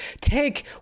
take